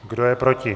Kdo je proti?